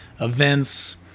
events